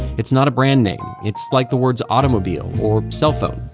it's not a brand name. it's like the words automobile or cell phone.